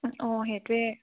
অঁ সেইটোৱে